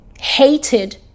hated